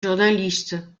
journaliste